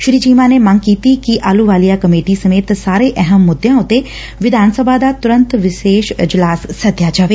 ਸ੍ਰੀ ਚੀਮਾ ਨੇ ਮੰਗ ਕੀਤੀ ਕਿ ਆਹਲੁਵਾਲੀਆ ਕਮੇਟੀ ਸਮੇਤ ਸਾਰੇ ਅਹਿਮ ਮੁੱਦਿਆਂ ਉਤੇ ਵਿਧਾਨ ਸਭਾ ਦਾ ਤੁਰੰਤ ਵਿਸ਼ੇਸ਼ ਇਜਲਾਸ ਸੱਦਿਆ ਜਾਵੇ